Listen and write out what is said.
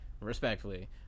respectfully